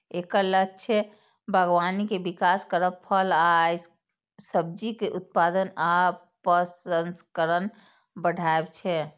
एकर लक्ष्य बागबानी के विकास करब, फल आ सब्जीक उत्पादन आ प्रसंस्करण बढ़ायब छै